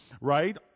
right